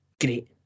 great